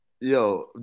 Yo